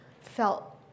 felt